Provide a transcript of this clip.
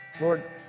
Lord